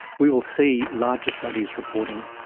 we will see larger studies reporting.